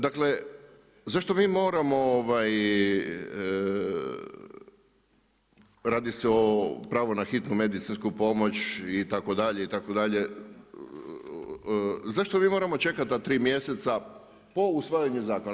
Dakle zašto mi moramo radi se o pravu na hitnu medicinsku pomoć itd., itd. zašto mi moramo čekati ta tri mjeseca po usvajanju zakona?